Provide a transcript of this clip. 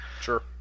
Sure